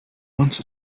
once